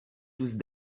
tous